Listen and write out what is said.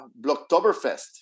Blocktoberfest